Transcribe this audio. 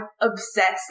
obsessed